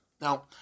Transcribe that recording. Now